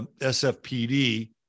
SFPD